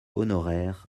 honoraire